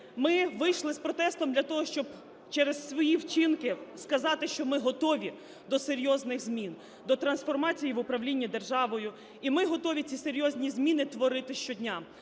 ми вийшли з протестом для того, щоб через свої вчинки сказати, що ми готові до серйозних змін, до трансформації в управлінні державою і ми готові ці серйозні зміни творити щодня.